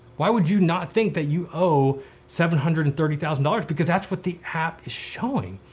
why would you not think that you owe seven hundred and thirty thousand dollars? because that's what the app is showing.